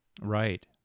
Right